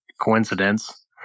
coincidence